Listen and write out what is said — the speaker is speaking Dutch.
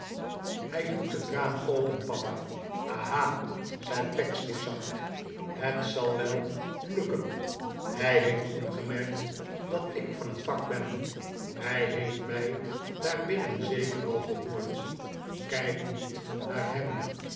hij doet het raam open papal aha zei pecksniff zacht het zal wel lukken hij heeft opgemerkt dat ik van het vak ben hij heeft mij daar binnen zeker al gehoord kijk niet naar hem